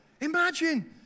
Imagine